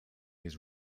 his